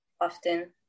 often